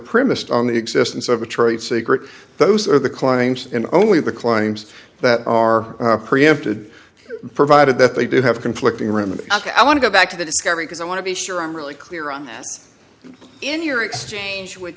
premised on the existence of a trade secret those are the claims and only the claims that are preempted provided that they do have conflicting room and i want to go back to the discovery because i want to be sure i'm really clear on in your exchange with